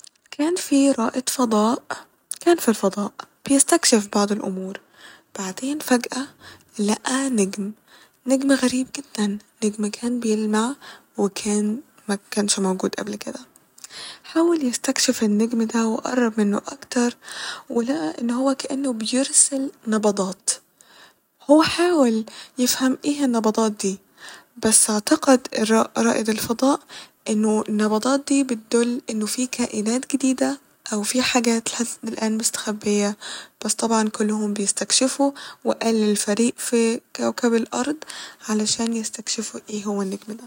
كان في رائد فضاء كان ف الفضاء بيستكشف بعض الأمور بعدين فجأة لقى نجم ، نجم غريب جدا نجم كان بيلمع وكان مكانش موجود قبل كده ، حاول يستكشف النجم ده وقرب منه أكتر ولقى إنه هو كإنه بيرسل نبضات هو حاول يفهم ايه النبضات دي بس اعتقد الر- رائد الفضاء إنه النبضات دي بتدل إنه في كائنات جديدة أو في حاجات لحد الآن مستخبية بس طبعا كلهم بيستكشفو وقال للفريق ف كوكب الأرض علشان يستكشفو ايه هو النجم ده